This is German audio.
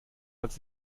als